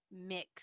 mix